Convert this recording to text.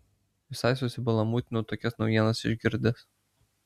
visai susibalamūtinau tokias naujienas išgirdęs